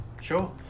Sure